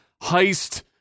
heist